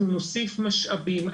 אנחנו נוסיף משאבים.